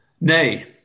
Nay